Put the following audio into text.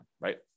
right